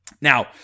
Now